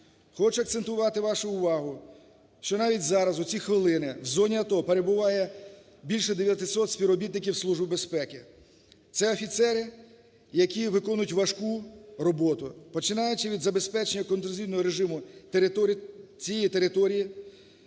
Хочу акцентувати вашу увагу, що навіть зараз в ці хвилини в зоні АТО перебуває більше 900 співробітників Служби безпеки. Це офіцери, які виконують важку роботу, починаючи від забезпечення контррозвідувального режиму цієї території,